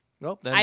nope